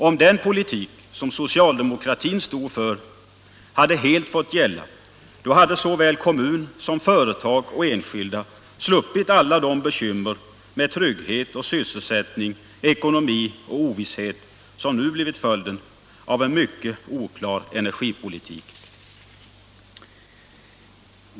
Om den politik som socialdemokratin stod för helt fått gälla hade såväl kommun som företag och enskilda sluppit alla de bekymmer för trygghet, sysselsättning, ekonomi och ovisshet som nu blivit följden av en mycket oklar energipolitik.